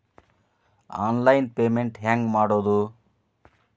Online payment ಹೆಂಗ್ ಮಾಡೋದು?